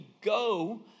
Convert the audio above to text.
go